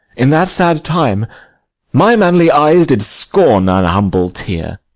in that sad time my manly eyes did scorn an humble tear